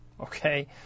okay